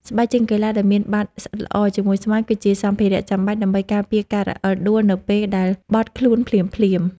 ស្បែកជើងកីឡាដែលមានបាតស្អិតល្អជាមួយស្មៅ គឺជាសម្ភារៈចាំបាច់ដើម្បីការពារការរអិលដួលនៅពេលដែលបត់ខ្លួនភ្លាមៗ។